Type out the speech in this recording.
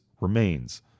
remains